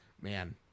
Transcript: man